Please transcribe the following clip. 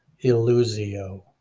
Illusio